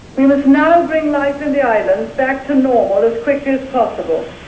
we must now bring life in the islands back to normal as quickly as possible,